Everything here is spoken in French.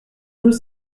deux